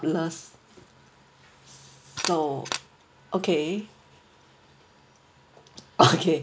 plus so okay okay